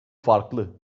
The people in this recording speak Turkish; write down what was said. farklı